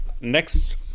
Next